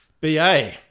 Ba